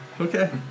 Okay